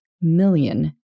million